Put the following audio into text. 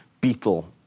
beetle